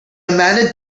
amanda